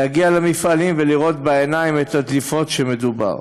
גם בעוד 50 שנה תגיד, לא, אתה רואה שזה מצטמצם.